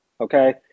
Okay